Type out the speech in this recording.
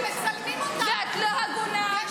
----- מצלמים אותך ----- ואת לא הגונה,